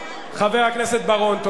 חבר הכנסת בר-און, תודה.